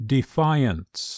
Defiance